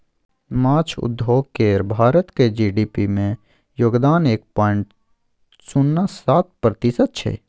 माछ उद्योग केर भारतक जी.डी.पी मे योगदान एक पॉइंट शुन्ना सात प्रतिशत छै